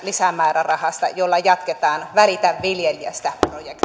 lisämäärärahasta jolla jatketaan välitä viljelijästä